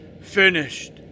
finished